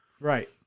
right